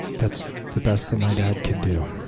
that's the best that my dad could do.